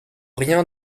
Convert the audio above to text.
rien